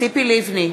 ציפי לבני,